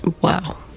Wow